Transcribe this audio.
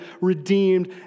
redeemed